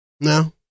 No